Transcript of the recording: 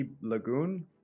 Lagoon